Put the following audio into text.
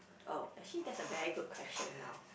oh actually that's a very good question now